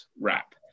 wrap